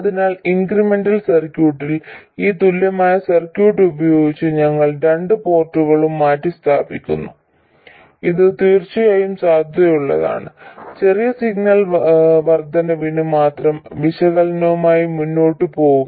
അതിനാൽ ഇൻക്രിമെന്റൽ സർക്യൂട്ടിൽ ഈ തുല്യമായ സർക്യൂട്ട് ഉപയോഗിച്ച് ഞങ്ങൾ രണ്ട് പോർട്ടുകളും മാറ്റിസ്ഥാപിക്കുന്നു ഇത് തീർച്ചയായും സാധുതയുള്ളതാണ് ചെറിയ സിഗ്നൽ വർദ്ധനവിന് മാത്രം വിശകലനവുമായി മുന്നോട്ട് പോകുക